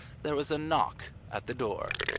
there was a knock at the door.